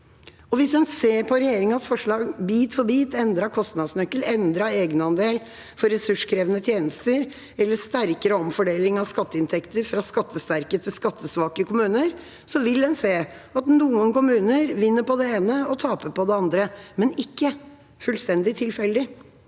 Hvis en ser på regjeringas forslag bit for bit, med endret kostnadsnøkkel, endret egenandel for ressurskrevende tjenester og sterkere omfordeling av skatteinntekter fra skattesterke til skattesvake kommuner, vil en se at noen kommuner vinner på det ene og taper på det andre, men ikke fullstendig tilfeldig.